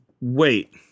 wait